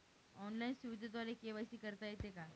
Online सुविधेद्वारे KYC करता येते का?